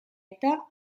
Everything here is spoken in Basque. eta